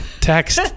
text